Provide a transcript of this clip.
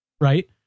Right